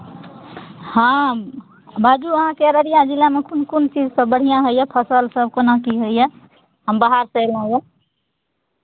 हँ बाजू अहाँकेँ अररिया जिलामे कोन कोन चीजसभ बढ़िआँ होइए फसलसभ कोना की होइए हम बाहरसँ अयलहुँए